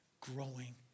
growing